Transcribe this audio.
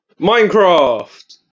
minecraft